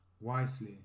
wisely